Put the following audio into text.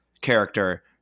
character